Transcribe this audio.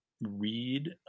read